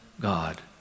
God